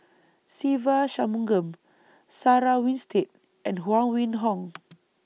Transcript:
Se Ve Shanmugam Sarah Winstedt and Huang Wenhong